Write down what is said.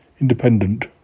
Independent